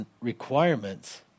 requirements